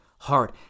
Hard